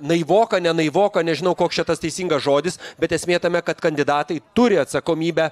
naivoka ne naivoka nežinau koks čia tas teisingas žodis bet esmė tame kad kandidatai turi atsakomybę